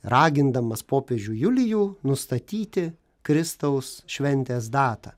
ragindamas popiežių julijų nustatyti kristaus šventės datą